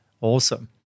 awesome